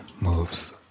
moves